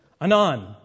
Anon